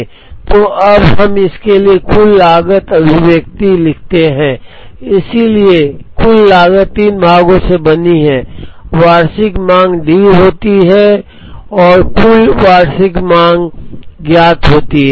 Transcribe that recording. तो अब हम इसके लिए कुल लागत अभिव्यक्ति लिखते हैं इसलिए कुल लागत तीन भागों से बनी होती है वार्षिक मांग D होती है और कुल वार्षिक मांग ज्ञात होती है